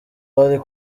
bari